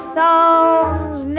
songs